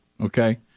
Okay